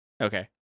Okay